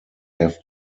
have